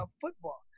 football